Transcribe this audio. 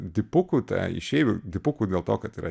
dipukų ta išeivių dipukų dėl to kad yra